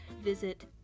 visit